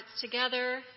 together